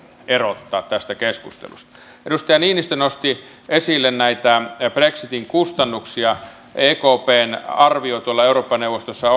erottaa tästä keskustelusta edustaja niinistö nosti esille näitä brexitin kustannuksia ekpn arvio tuolla eurooppa neuvostossa